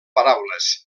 paraules